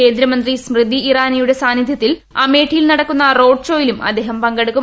കേന്ദ്രമന്ത്രി സ്മൃതി ഇറാനിയുടെ സാന്നിധ്യത്തിൽ അമേഠിയിൽ നടക്കുന്ന റോഡ്ഷോ യിലും അദ്ദേഹം പങ്കെട്ടുക്കും